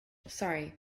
sorry